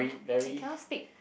eh eh cannot speak